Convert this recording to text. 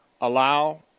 allow